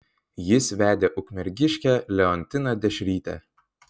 jis vedė ukmergiškę leontiną dešrytę